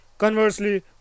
Conversely